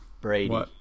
Brady